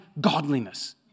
godliness